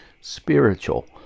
spiritual